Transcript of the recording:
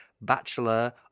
Bachelor